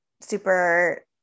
super